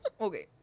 Okay